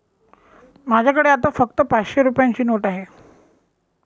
माझ्याकडे आता फक्त पाचशे रुपयांची नोट आहे